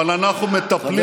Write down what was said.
אבל אנחנו מטפלים בזה.